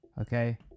okay